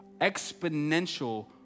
exponential